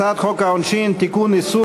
הצעת חוק העונשין (תיקון, איסור